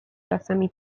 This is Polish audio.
czasami